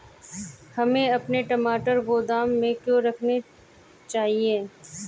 हमें अपने टमाटर गोदाम में क्यों रखने चाहिए?